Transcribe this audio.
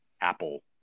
Apple